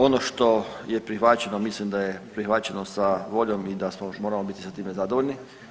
Ono što je prihvaćeno mislim da je prihvaćeno sa voljom i da smo, moramo biti sa time zadovoljni.